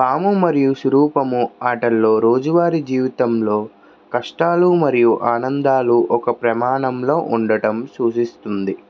పాము మరియు సురూపము ఆటల్లో రోజువారీ జీవితంలో కష్టాలు మరియు ఆనందాలు ఒక ప్రమాణంలో ఉండటం సూచిస్తుంది